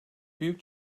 büyük